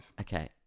Okay